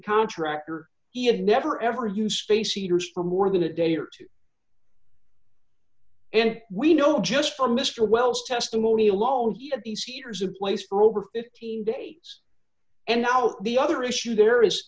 contractor he had never ever used space heaters for more than a day or two and we know just from mr wells testimony alone he had these heaters in place for over fifteen days and now the other issue there is